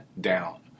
down